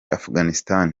afghanistan